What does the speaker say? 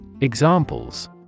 Examples